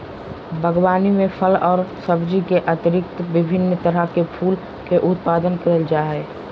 बागवानी में फल और सब्जी के अतिरिक्त विभिन्न तरह के फूल के उत्पादन करल जा हइ